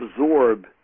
absorb